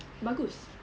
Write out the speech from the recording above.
Bagus